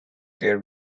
their